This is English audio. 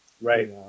Right